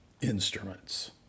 instruments